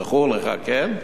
זכור לך, כן?